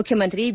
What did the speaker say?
ಮುಖ್ಯಮಂತ್ರಿ ಬಿ